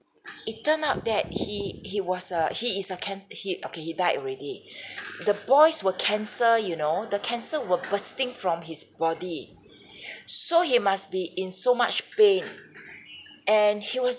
it turned out that he he was a he is a cancer he okay he died already the boils were cancer you know the cancer were bursting from his body so he must be in so much pain and he was